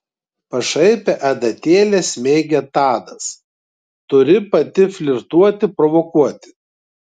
pašaipią adatėlę smeigė tadas turi pati flirtuoti provokuoti